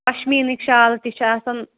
پَشمیٖنٕکۍ شال تہِ چھِ آسان